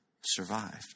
survived